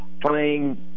playing